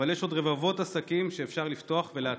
אבל יש עוד רבבות עסקים שאפשר לפתוח ולהציל.